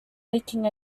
making